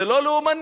זה לא לאומני.